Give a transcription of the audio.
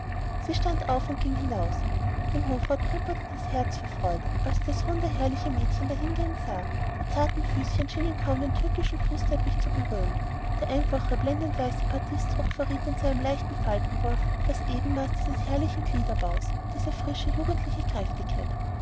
sie stand auf und ging hinaus dem hofrat pupperte das herz vor freude als er das wunderherrliche mädchen dahingehen sah die zarten füßchen schienen kaum den türkischen fußteppich zu berühren der einfache blendendweiße batistüberrock verriet in seinem leichten faltenwurf das ebenmaß dieses herrlichen gliederbaues diese frische jugendliche kräftigkeit